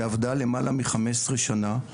שעבדה למעלה מ-15 שנה,